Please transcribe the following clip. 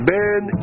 Ben